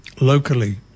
Locally